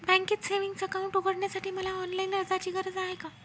बँकेत savings account उघडण्यासाठी मला ऑनलाईन अर्जाची गरज आहे का?